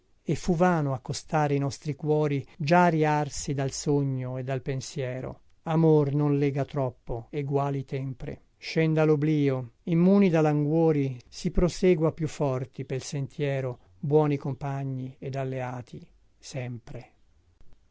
e fu vano accostare i nostri cuori già riarsi dal sogno e dal pensiero amor non lega troppo eguali tempre scenda loblio immuni da languori si prosegua più forti pel sentiero buoni compagni ed alleati sempre